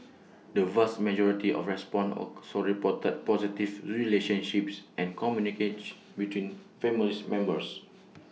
the vast majority of respondents also reported positive relationships and communication between families members